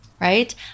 right